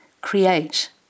create